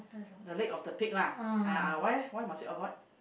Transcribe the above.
the leg of the pig lah a'ah why leh why must you avoid